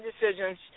decisions